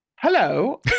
Hello